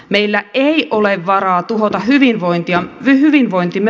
meillä ei ole varaa tuhota hyvinvointimme perusteita